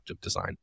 design